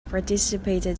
participated